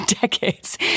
decades